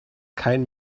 kein